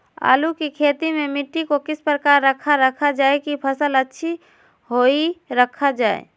आलू की खेती में मिट्टी को किस प्रकार रखा रखा जाए की फसल अच्छी होई रखा जाए?